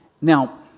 Now